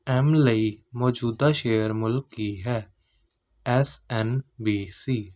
M ਲਈ ਮੌਜੂਦਾ share ਮੁੱਲ ਕੀ ਹੈ ਐੱਸ ਐਨ ਬੀ ਸੀ